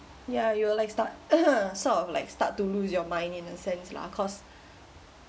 ya you will like start sort of like start to lose your mind in a sense lah cause